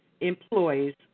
employees